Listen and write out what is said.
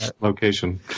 location